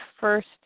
first